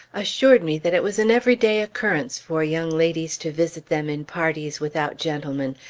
assured me that it was an everyday occurrence for young ladies to visit them in parties without gentlemen,